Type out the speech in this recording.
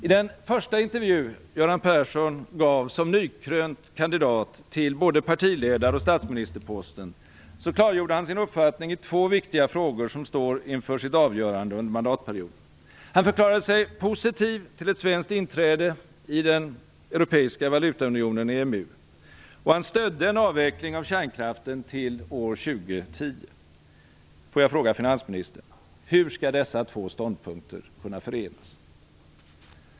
I den första intervju Göran Persson gav som nykrönt kandidat till både partiledar och statsministerposten klargjorde han sin uppfattning i två viktiga frågor som står inför sitt avgörande under mandatperioden. Han förklarade sig positiv till ett svenskt inträde i den europeiska valutaunionen EMU, och han stödde en avveckling av kärnkraften till år 2010. Får jag fråga finansministern: Hur skall dessa två ståndpunkter kunna förenas?